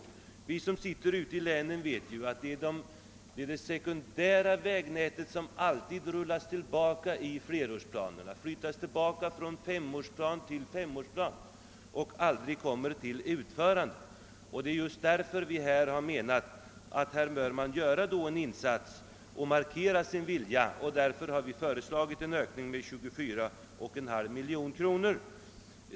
Vi som arbetar i länssammanhang vet att det sekundära vägnätet alltid åsidosätts i femårsplan efter femårsplan. Ingenting kommer till utförande, och det är just därför vi anser att det behöver göras en insats för att markera en god vilja, och i det syftet har vi föreslagit en ökning med 24,5 miljoner kronor.